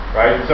right